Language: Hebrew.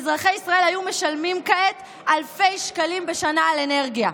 אזרחי ישראל היו משלמים כעת אלפי שקלים בשנה על אנרגיה.